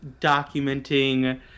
documenting